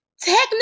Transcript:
Technically